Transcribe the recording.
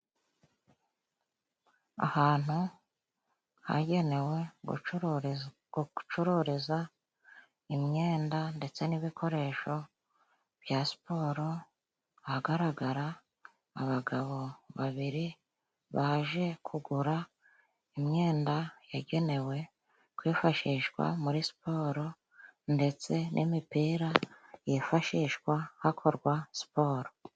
Ahantu hagenewe gucuru gucururiza imyenda ndetse n'ibikoresho bya Siporo, ahagaragara abagabo babiri baje kugura imyenda yagenewe kwifashishwa muri Siporo ndetse n'imipira yifashishwa hakorwa Siporo.